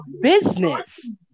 business